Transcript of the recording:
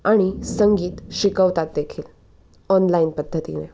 आणि संगीत शिकवतात देखील ऑनलाईन पद्धतीने